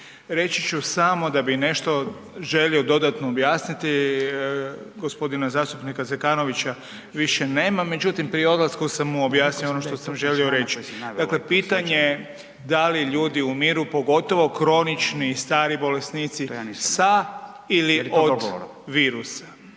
reći ću samo da bi nešto želio dodatno objasniti, gospodina zastupnika Zekanovića više nema. Međutim, prije odlaska sam mu objasnio ono što sam želio reći. Dakle, pitanje da li ljudi umiru pogotovo kronični i stari bolesnici sa ili od virusa.